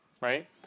right